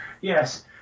Yes